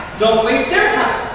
don't waste their time.